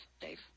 Dave